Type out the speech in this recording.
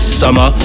summer